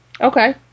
okay